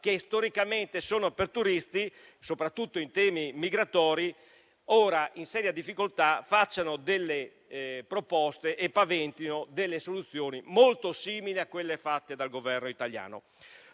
che storicamente sono per turisti, soprattutto in temi migratori ora in seria difficoltà facciano delle proposte e prospettino soluzioni molto simili a quelle individuate dal Governo italiano.